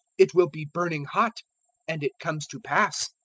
it will be burning hot and it comes to pass.